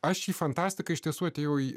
aš į fantastiką iš tiesų atėjau į